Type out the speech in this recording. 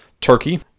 Turkey